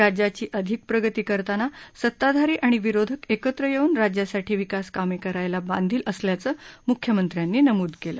राज्याची अधिक प्रगती करतांना सताधारी आणि विरोधक एकत्र येऊन राज्यासाठी विकासकामे करायला बांधील असल्याचं म्ख्यमंत्र्यांनी नमूद केलं